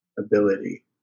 Ability